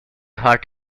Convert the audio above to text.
heart